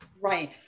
Right